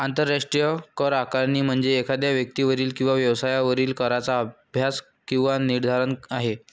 आंतरराष्ट्रीय करआकारणी म्हणजे एखाद्या व्यक्तीवरील किंवा व्यवसायावरील कराचा अभ्यास किंवा निर्धारण आहे